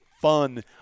fun